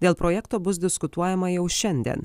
dėl projekto bus diskutuojama jau šiandien